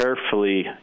carefully